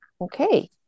okay